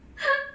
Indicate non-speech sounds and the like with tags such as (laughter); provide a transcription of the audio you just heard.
(breath)